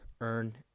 earn